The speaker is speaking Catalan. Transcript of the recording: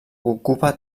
ocupa